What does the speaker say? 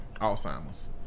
Alzheimer's